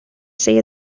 say